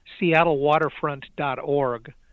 seattlewaterfront.org